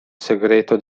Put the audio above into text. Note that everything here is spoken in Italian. segreto